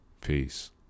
Peace